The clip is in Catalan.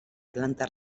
planta